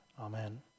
Amen